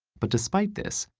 but despite this,